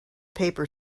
paper